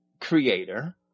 creator